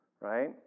right